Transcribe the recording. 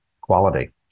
Quality